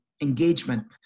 engagement